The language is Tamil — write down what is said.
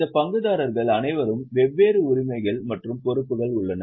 இந்த பங்குதாரர்கள் அனைவருக்கும் வெவ்வேறு உரிமைகள் மற்றும் பொறுப்புகள் உள்ளன